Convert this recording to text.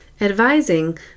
Advising